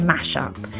Mashup –